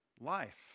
life